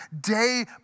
day